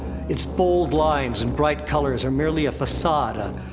its bold lines and bright colors are merely a facade,